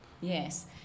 yes